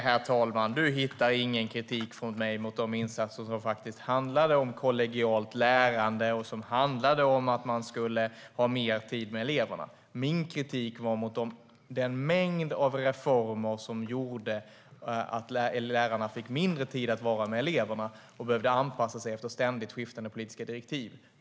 Herr talman! Ånej! Du hittar ingen kritik från mig mot de insatser som handlade om kollegialt lärande eller om att man skulle ha mer tid med eleverna. Min kritik riktades mot den mängd reformer som gjorde att lärarna fick mindre tid att vara med eleverna och behövde anpassa sig efter ständigt skiftande politiska direktiv.